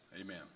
Amen